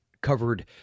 covered